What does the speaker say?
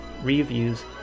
reviews